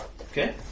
Okay